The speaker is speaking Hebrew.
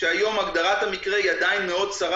היום הגדרת המקרה היא עדיין מאוד צרה